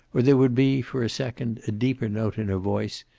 or there would be, for a second, a deeper note in her voice,